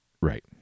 Right